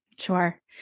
Sure